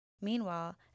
Meanwhile